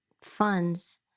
funds